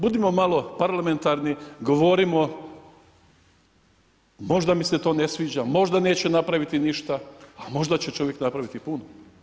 Budimo malo parlamentarni govorimo možda mi se to ne sviđa, možda neće napraviti ništa, a možda će čovjek napraviti puno.